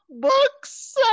books